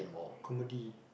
comedy